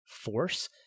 force